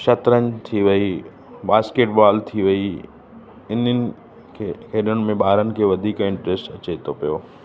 शतरंज थी वई बास्केट बॉल थी वई इन्हनि खे खेॾण में ॿारनि खे वधीक इंट्रस्ट अचे थो पियो